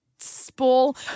spool